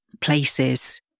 places